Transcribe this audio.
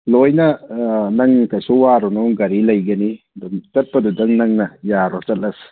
ꯂꯣꯏꯅ ꯅꯪ ꯀꯩꯁꯨ ꯋꯥꯔꯨꯅꯨ ꯒꯥꯔꯤ ꯂꯩꯒꯅꯤ ꯑꯗꯨꯝ ꯆꯠꯄꯗꯨꯗꯪ ꯅꯪꯅ ꯌꯥꯔꯣ ꯆꯠꯂꯁꯤ